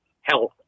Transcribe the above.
health